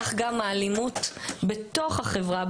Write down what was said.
כך גם האלימות בתוך החברה,